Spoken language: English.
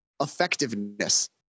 effectiveness